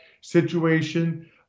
situation